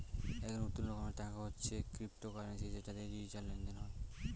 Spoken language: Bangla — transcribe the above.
এক নতুন রকমের টাকা হচ্ছে ক্রিপ্টোকারেন্সি যেটা দিয়ে ডিজিটাল লেনদেন হয়